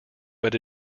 but